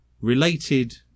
related